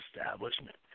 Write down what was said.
establishment